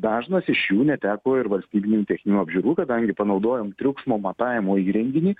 dažnas iš jų neteko ir valstybinių techninių apžiūrų kadangi panaudojom triukšmo matavimo įrenginį